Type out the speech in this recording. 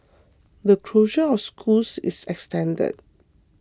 the closure of schools is extended